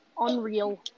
unreal